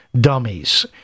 dummies